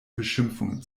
beschimpfungen